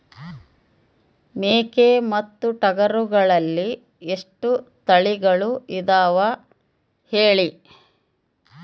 ಮೇಕೆ ಮತ್ತು ಟಗರುಗಳಲ್ಲಿ ಎಷ್ಟು ತಳಿಗಳು ಇದಾವ ಹೇಳಿ?